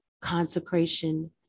consecration